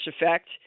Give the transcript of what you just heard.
effect—